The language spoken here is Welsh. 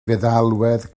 feddalwedd